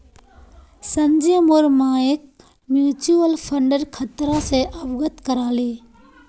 संजय मोर मइक म्यूचुअल फंडेर खतरा स अवगत करा ले